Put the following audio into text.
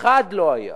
אחד לא היה.